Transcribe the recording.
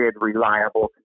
reliable